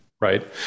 right